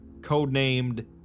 codenamed